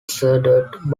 sophisticated